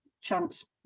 chance